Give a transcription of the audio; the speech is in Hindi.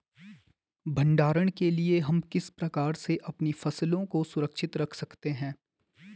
भंडारण के लिए हम किस प्रकार से अपनी फसलों को सुरक्षित रख सकते हैं?